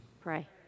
Pray